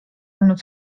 olnud